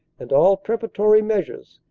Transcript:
and all preparatory measures,